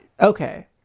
Okay